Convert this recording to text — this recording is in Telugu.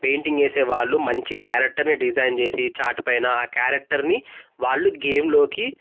పెయింటింగ్ వేసేవాళ్ళు మంచి క్యారెక్టర్ని డిజైన్ చేసి చార్ట్ పైన ఆ క్యారెక్టర్ని వాళ్ళు గేమ్లోకి